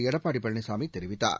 எடப்பாடி பழனிசாமி தெரிவித்தார்